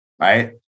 right